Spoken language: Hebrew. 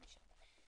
חמישה.